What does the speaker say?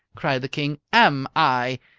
cried the king. am i!